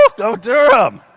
ah go durham!